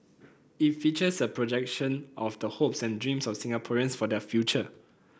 it features a projection of the hopes and dreams of Singaporeans for their future